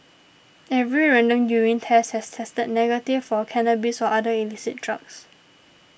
every random urine test has tested negative for cannabis or other illicit drugs